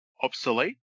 obsolete